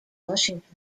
washington